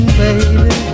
baby